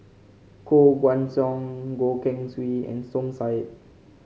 Koh Guan Song Goh Keng Swee and Som Said